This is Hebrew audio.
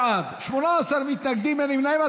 40 בעד, 18 מתנגדים, אין נמנעים.